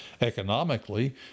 Economically